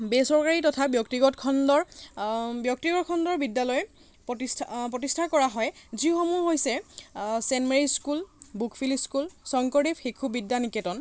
বেচৰকাৰী তথা ব্যক্তিগত খণ্ডৰ ব্যক্তিগত খণ্ডৰ বিদ্যালয় প্ৰতিষ্ঠা প্ৰতিষ্ঠা কৰা হয় যিসমূহ হৈছে ছেণ্ট মেৰিজ স্কুল ব বকফিল স্কুল শংকৰদেৱ শিশু বিদ্যা নিকেতন